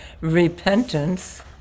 repentance